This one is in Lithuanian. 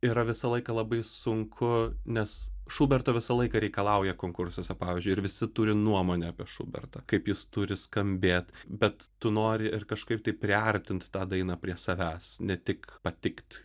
yra visą laiką labai sunku nes šuberto visą laiką reikalauja konkursuose pavyzdžiui ir visi turi nuomonę apie šubertą kaip jis turi skambėt bet tu nori ir kažkaip tai priartint tą dainą prie savęs ne tik patikt